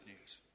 news